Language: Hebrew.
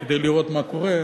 כדי לראות מה קורה,